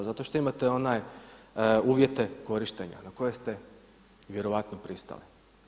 Zato što imate one uvjete korištenja na koje ste vjerojatno pristali.